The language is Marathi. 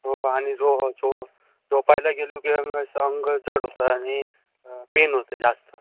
हो आणि झो झो झोपायला गेलो की अंग असं अंग जड होतं आणि पेन होते जास्त